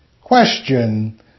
Question